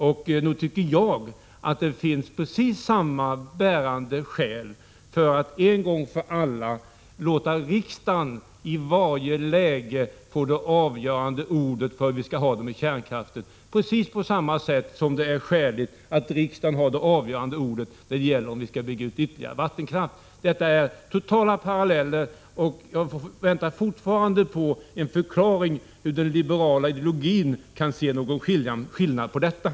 Jag tycker att det därför finns bärande skäl för att en gång för alla låta riksdagen i varje läge få avgöra hur vi skall ha det med kärnkraften, precis på samma sätt som det är skäligt att riksdagen har det avgörande ordet när det gäller ytterligare utbyggnad av vattenkraften. Detta är två totalt parallella frågor. Jag väntar fortfarande på en förklaring till hur man i den liberala ideologin kan se någon skillnad därvidlag.